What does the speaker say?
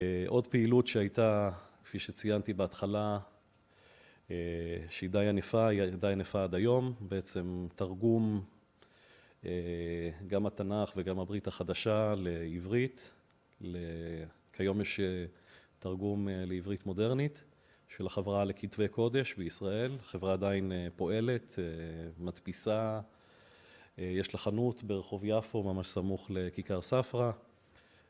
עוד פעילות שהייתה, כפי שציינתי בהתחלה שהיא די ענפה, היא די ענפה עד היום, בעצם תרגום גם התנ״ך וגם הברית החדשה לעברית. כיום יש תרגום לעברית מודרנית של החברה לכתבי קודש בישראל. החברה עדיין פועלת, מטפיסה. יש לה חנות ברחוב יפו, ממש סמוך לכיכר ספרה.